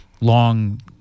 long